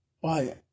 Why